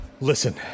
Listen